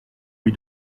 lui